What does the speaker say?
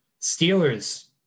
Steelers